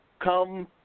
come